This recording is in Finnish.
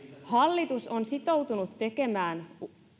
hallitus on sitoutunut tekemään